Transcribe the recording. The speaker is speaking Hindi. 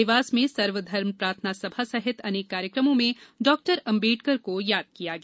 देवास में सर्वधर्म प्रार्थना सभा सहित अनेक कार्यक्रमों में डॉ अंबेडकर को याद किया गया